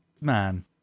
man